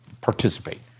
participate